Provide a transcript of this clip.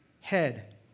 head